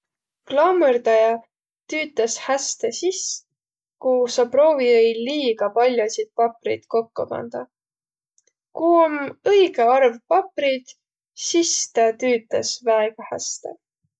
Klammõrdaja tüütäs häste sis, ku sa proovi-ei liiga pall'osid papriid kokko pandaq. Ku om õigõ arv papriid, sis tä tüütäs väega häste.